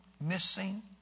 missing